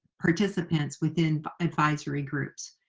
participants within advisory groups.